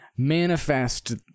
manifest